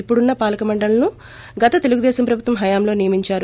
ఇప్పుడున్న పాలక మండల్లను గత తెలుగుదేశం ప్రభుత్వం హయాంలో నియమించారు